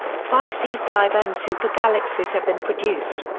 five c five m super galaxies have been produced.